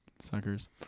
suckers